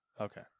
Okay